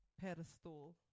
pedestal